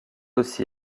aussi